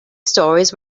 stories